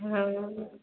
हँ